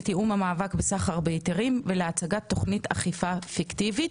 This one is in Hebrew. לתיאום המאבק בסחר בהיתרים ולהצגת תכנית אכיפה פיקטיבית.